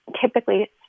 typically